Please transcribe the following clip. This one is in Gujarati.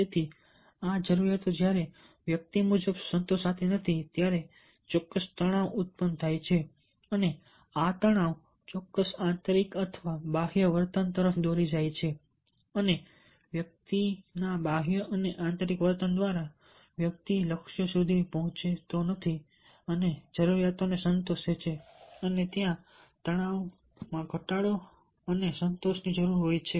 તેથી આ જરૂરિયાતો જ્યારે વ્યક્તિ મુજબ સંતોષાતી નથી ત્યારે ચોક્કસ તણાવ ઉત્પન્ન થાય છે અને આ તણાવ ચોક્કસ આંતરિક અથવા બાહ્ય વર્તન તરફ દોરી જાય છે અને વ્યક્તિના બાહ્ય અને આંતરિક વર્તન દ્વારા વ્યક્તિ લક્ષ્ય સુધી પહોંચે છે અને જરૂરિયાતને સંતોષે છે અને ત્યાં તણાવ ઘટાડો અને સંતોષની જરૂર છે